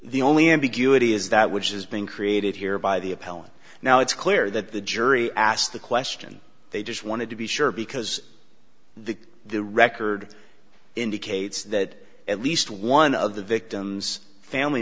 the only ambiguity is that which is being created here by the appellant now it's clear that the jury asked the question they just wanted to be sure because the the record indicates that at least one of the victim's family